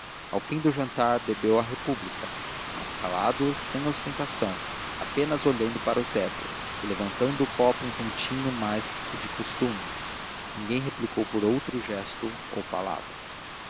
ao fim do jantar bebeu à república mas calado sem ostentação apenas olhando para o teto e levantando o copo um tantinho mais que de costume ninguém replicou por outro gesto ou palavra